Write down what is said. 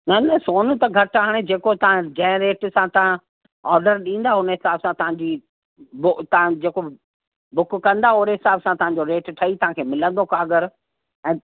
न न सोन त घटि हाणे जेको तव्हां जंहिं रेट सां तव्हां ऑडर ॾींदा उने हिसाब सां तव्हांजी बो तव्हां जेको बुक कंदा ओहिड़े हिसाब सां तव्हांजो रेट ठई तव्हांखे मिलंदो काॻर ऐं